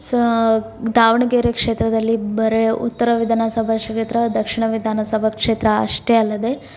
so Davanagere ಕ್ಷೇತ್ರದಲ್ಲಿ ಬರೀ ಉತ್ತರ ವಿಧಾನಸಭಾ ಕ್ಷೇತ್ರ ದಕ್ಷಿಣ ವಿಧಾನಸಭಾ ಕ್ಷೇತ್ರ ಅಷ್ಟೇ ಅಲ್ಲದೆ